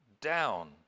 down